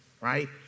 right